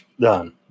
Done